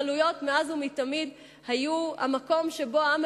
ההתנחלויות מאז ומתמיד היו המקום שבו העם